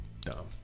Dumb